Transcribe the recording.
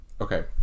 Okay